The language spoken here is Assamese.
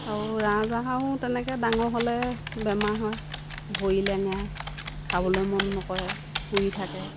আৰু ৰাজহাঁহো তেনেকৈ ডাঙৰ হ'লে বেমাৰ হয় ভৰি লেঙেৰায় খাবলৈ মন নকৰে শুই থাকে